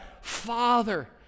Father